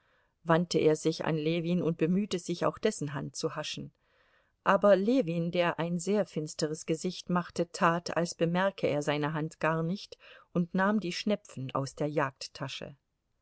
wandte er sich an ljewin und bemühte sich auch dessen hand zu haschen aber ljewin der ein sehr finsteres gesicht machte tat als bemerke er seine hand gar nicht und nahm die schnepfen aus der